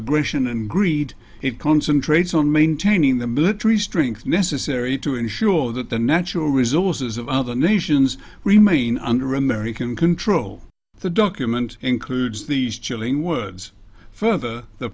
aggression and greed it concentrates on maintaining the military strength necessary to ensure that the natural resources of other nations remain under american control the document includes these chilling words further the